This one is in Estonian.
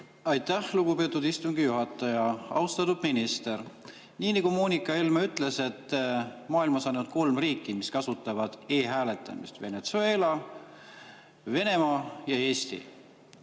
Aitäh, lugupeetud istungi juhataja! Austatud minister! Nii nagu Moonika Helme ütles, maailmas on ainult kolm riiki, mis kasutavad e-hääletamist: Venezuela, Venemaa ja Eesti.